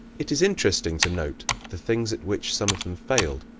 it is interesting to note the things at which some of them failed.